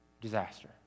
disaster